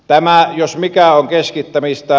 tämä jos mikä on keskittämistä